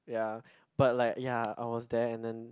ya but like ya I was there and then